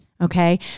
okay